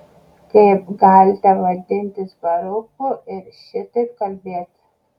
kaip galite vadintis baruchu ir šitaip kalbėti